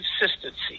consistency